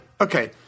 okay